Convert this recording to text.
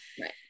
Right